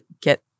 get